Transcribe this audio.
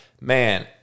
Man